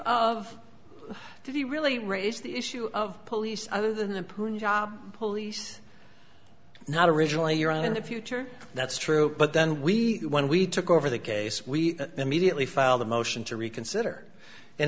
of did he really raise the issue of police other than the poor job police not originally you're on in the future that's true but then we when we took over the case we immediately filed a motion to reconsider and